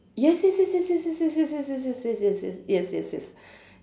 yes yes yes yes yes yes yes yes yes yes yes yes yes yes yes yes yes